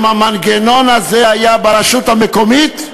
אם המנגנון הזה היה ברשות המקומית,